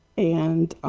and,